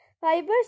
Fibers